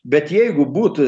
bet jeigu būtų